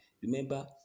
Remember